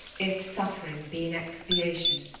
if suffering be an expiation,